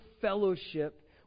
fellowship